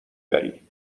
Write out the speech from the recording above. بری